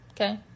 Okay